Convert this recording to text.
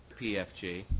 PFG